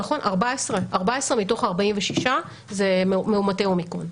14 מתוך ה-46 זה מאומתי אומיקרון.